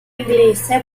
inglese